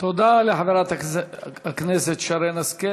תודה לחברת הכנסת שרן השכל.